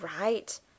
right